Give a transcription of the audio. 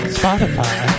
spotify